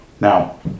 Now